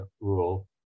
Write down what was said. rule